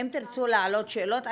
אם תרצו להעלות שאלות.